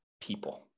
people